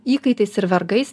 įkaitais ir vergais